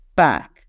back